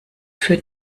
für